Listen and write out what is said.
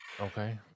okay